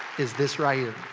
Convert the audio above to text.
is this right here.